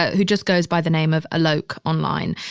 who just goes by the name of alok online.